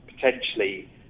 potentially